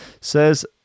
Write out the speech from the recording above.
says